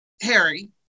Harry